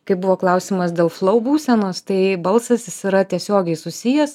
kai buvo klausimas dėl flau būsenos tai balsas jis yra tiesiogiai susijęs